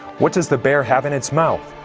what does the bear have in it's mouth?